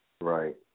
Right